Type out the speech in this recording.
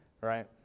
right